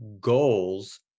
goals